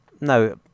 No